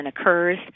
occurs